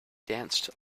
danced